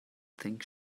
think